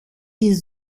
ist